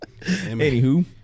Anywho